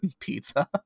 pizza